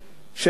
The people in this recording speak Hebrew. שבאמת